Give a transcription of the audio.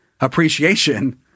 appreciation